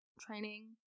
training